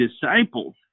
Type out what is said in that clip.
disciples